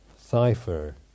cipher